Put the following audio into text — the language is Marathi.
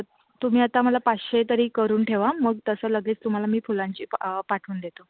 तुम्ही आता मला पाचशे तरी करून ठेवा मग तसं लगेच तुम्हाला मी फुलांची पाठवून देतो